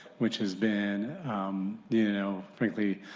which has been you know, frankly,